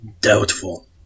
Doubtful